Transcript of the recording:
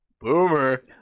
boomer